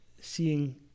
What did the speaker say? seeing